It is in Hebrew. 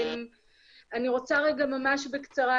אני רוצה ממש בקצרה,